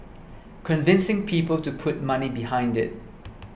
convincing people to put money behind it